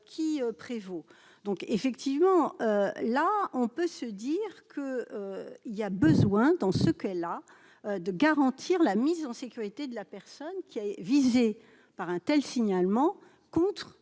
qui prévaut, donc effectivement là on peut se dire que, il y a besoin dans ce qu'elle a de garantir la mise en sécurité de la personne qui est visé par un tels signalements contre